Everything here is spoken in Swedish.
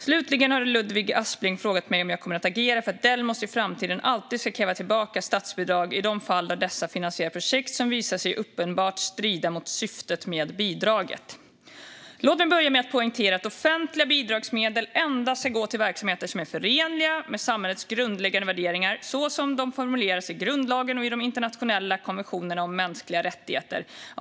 Slutligen har Ludvig Aspling frågat mig om jag kommer att agera för att Delmos i framtiden alltid ska kräva tillbaka statsbidrag i de fall där dessa finansierar projekt som visar sig uppenbart strida mot syftet med bidraget. Låt mig börja med att poängtera att offentliga bidragsmedel endast ska gå till verksamheter som är förenliga med samhällets grundläggande värderingar, så som de formuleras i grundlagen och i de internationella konventionerna om mänskliga rättigheter.